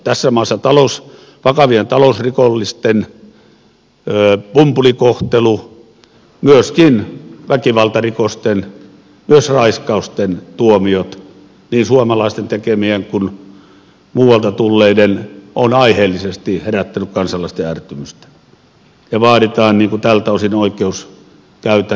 tässä maassa vakavien talousrikollisten pumpulikohtelu myöskin väkivaltarikosten myös raiskausten tuomiot niin suomalaisten tekemien kuin muualta tulleiden ovat aiheellisesti herättäneet kansalaisten ärtymystä ja vaaditaan tältä osin oikeuskäytännön kiristämistä